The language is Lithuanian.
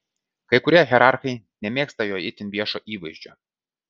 kai kurie hierarchai nemėgsta jo itin viešo įvaizdžio